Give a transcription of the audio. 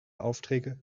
aufträge